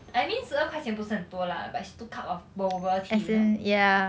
I mean 十二块钱不是很多 lah but it's two cup of boba tea you know